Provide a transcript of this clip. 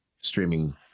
streaming